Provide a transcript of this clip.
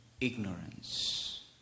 ignorance